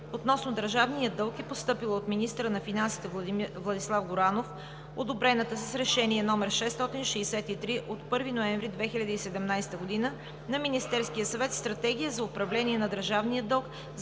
относно държавния дълг, е постъпило от министъра на финансите – Владислав Горанов одобрената с Решение № 663 от 1 ноември 2017 г. на Министерския съвет Стратегия за управление на държавния дълг